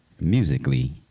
musically